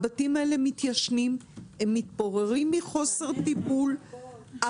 הבתים האלה מתיישנים ומתפוררים מחוסר טיפול,